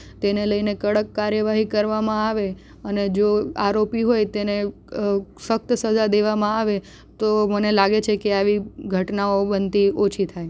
તેને લઈને કડક કાર્યવાહી કરવામાં આવે અને જો આરોપી હોય તેને સખ્ત સજા દેવામાં આવે તો મને લાગે છે કે આવી ઘટનાઓ બનતી ઓછી થાય